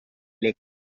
lake